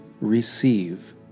receive